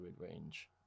mid-range